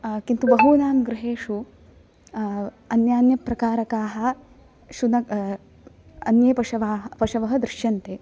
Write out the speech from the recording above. किन्तु बहूनां गृहेषु अन्यान्य प्रकारकाः शुनक अन्ये पशावः पशवः दृश्यन्ते